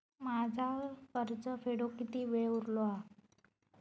माझा कर्ज फेडुक किती वेळ उरलो हा?